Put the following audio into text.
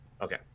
Okay